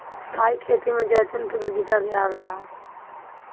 स्थाई खेती में जैतून के बगीचा भी आवेला